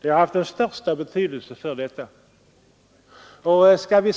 Detta har haft den största betydelse.